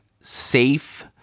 safe